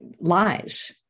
lies